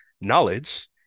knowledge